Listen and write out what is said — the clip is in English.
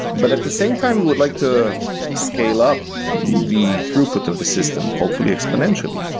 but at the same time we would like to scale up the throughput of the system hopefully exponentially.